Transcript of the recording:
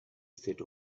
set